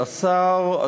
השר,